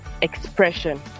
expression